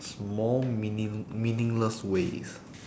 small meaning~ meaningless ways